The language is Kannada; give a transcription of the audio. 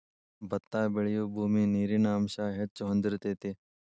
ಬತ್ತಾ ಬೆಳಿಯುಬೂಮಿ ನೇರಿನ ಅಂಶಾ ಹೆಚ್ಚ ಹೊಳದಿರತೆತಿ